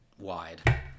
Wide